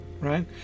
right